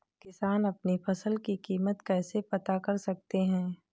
किसान अपनी फसल की कीमत कैसे पता कर सकते हैं?